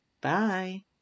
Bye